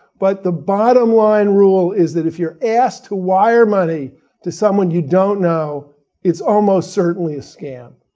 but the bottom line rule is that if you're asked to wire money to someone you don't know it's almost certainly a scam.